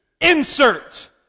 Insert